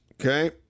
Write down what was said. Okay